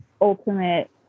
ultimate